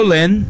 Lynn